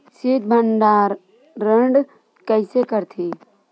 शीत भंडारण कइसे करथे?